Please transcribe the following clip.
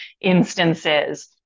instances